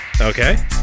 Okay